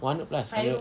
one hundred plus why not